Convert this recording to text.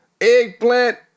eggplant